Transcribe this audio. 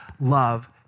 love